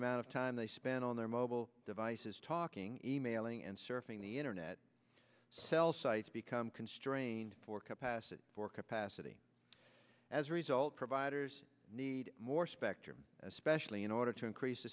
amount of time they spend on their mobile devices talking emailing and surfing the internet cell sites become constrained for capacity for capacity as a result providers need more spectrum especially in order to increase the